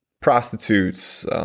prostitutes